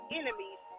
enemies